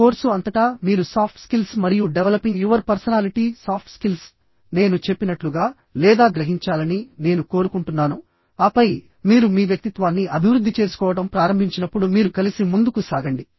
ఈ కోర్సు అంతటా మీరు సాఫ్ట్ స్కిల్స్ మరియు developing your personality soft skills నేను చెప్పినట్లుగా లేదా గ్రహించాలని నేను కోరుకుంటున్నాను ఆపై మీరు మీ వ్యక్తిత్వాన్ని అభివృద్ధి చేసుకోవడం ప్రారంభించినప్పుడు మీరు కలిసి ముందుకు సాగండి